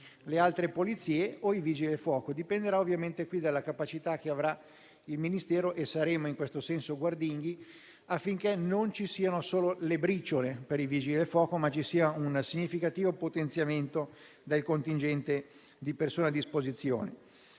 le altre polizie o i Vigili del Fuoco. Dipenderà dalla capacità che avrà il Ministero, e in questo senso saremo guardinghi, affinché non ci siano solo le briciole per i Vigili Fuoco, ma un significativo potenziamento del contingente di persone a disposizione.